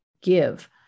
give